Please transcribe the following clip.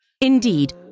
Indeed